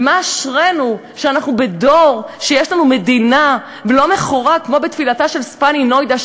אשרינו שאנחנו בדור שיש לנו מדינה ולא מכורה כמו בתפילתה של פאני נוידא,